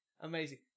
Amazing